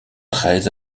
très